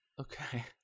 Okay